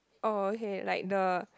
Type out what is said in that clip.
oh okay like the